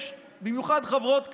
יש בקואליציה במיוחד חברות כנסת,